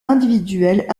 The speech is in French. individuels